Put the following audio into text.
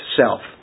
self